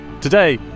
today